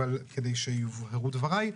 כדי שיובהרו דבריי,